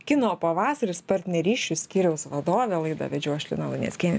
kino pavasaris partnerysčių skyriaus vadovė laidą vedžiau aš lina luneckienė